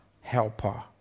helper